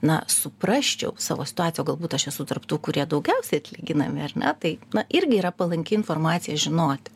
na suprasčiau savo situaciją o galbūt aš esu tarp tų kurie daugiausia atlyginami ar ne tai irgi yra palanki informacija žinoti